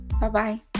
Bye-bye